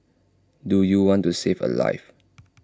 do you want to save A life